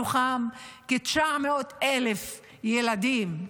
מתוכם כ-900,000 ילדים,